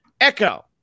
Echo